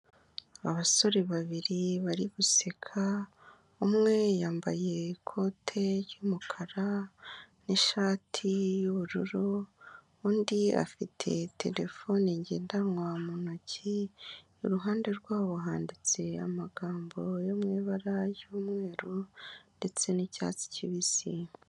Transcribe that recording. Abasore babiri bari guseka, umwe yambaye ikote ry'umukara n'ishati y'ubururu, undi afite terefone ngendanwa mu ntoki, iruhande rwabo handitse amagambo yo mu ibara ry'umweru ndetse n'icyatsi kibisi.